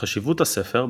חשיבות הספר,